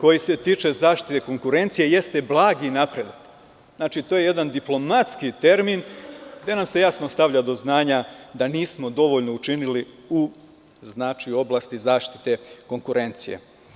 koji se tiče zaštite konkurencije jeste blagi napredak, znači to je jedan diplomatski termin, gde nam se jasno stavlja do znanja da nismo dovoljno učinili u oblasti zaštite konkurencije.